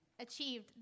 achieved